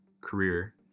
career